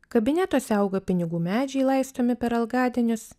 kabinetuose auga pinigų medžiai laistomi per algadienius